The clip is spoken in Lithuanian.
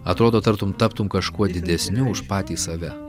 atrodo tartum taptum kažkuo didesniu už patį save